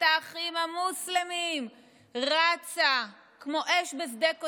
האחים המוסלמים רצה כמו אש בשדה קוצים.